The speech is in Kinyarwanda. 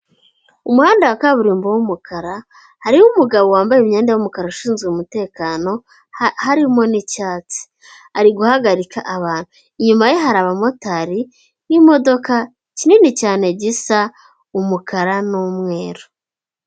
Umuhanda wa kaburimbo w'umukara hariho umugabo wambaye imyenda y'umukara ushinzwe umutekano harimo n'icyatsi ari guhagarika abantu. Inyuma ye hari abamotari n'imodoka kinini cyane gisa umukara n'umweru.